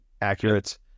Accurate